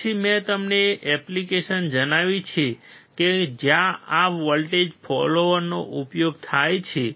પછી મેં તમને એપ્લીકેશન જણાવી છે કે જ્યાં આ વોલ્ટેજ ફોલોઅરનો ઉપયોગ થાય છે